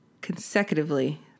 consecutively